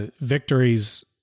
victories